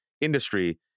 industry